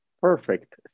Perfect